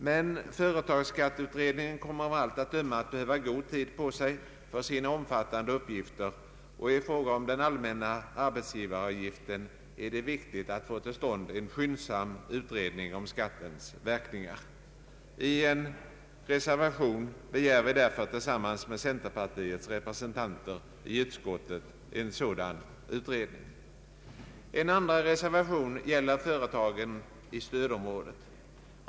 Men företagsskatteutredningen kommer av allt att döma att behöva god tid på sig för sina omfattande uppgifter, och i fråga om den allmänna arbetsgivaravgiften är det viktigt att få till stånd en skyndsam utredning om skattens verkningar. I en reservation begär vi därför tillsammans med centerpartiets representanter i utskottet en sådan utredning. En andra reservation gäller företagen i stödområdet.